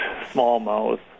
smallmouth